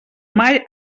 mai